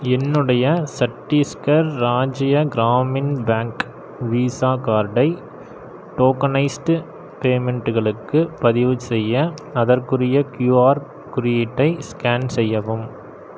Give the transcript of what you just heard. என்னுடைய Chhattisgarh Rajya Gramin bank Visa கார்டை tokenised பேமென்ட்களுக்கு பதிவுசெய்ய அதற்குரிய கியூஆர் குறியீட்டை ஸ்கேன் செய்யவும்